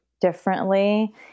differently